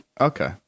Okay